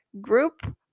group